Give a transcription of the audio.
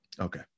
Okay